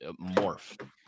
morph